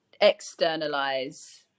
externalize